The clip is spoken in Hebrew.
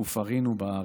ופרינו בארץ".